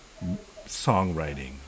songwriting